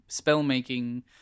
spellmaking